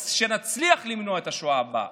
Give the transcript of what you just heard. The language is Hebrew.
שנצליח למנוע את השואה הבאה?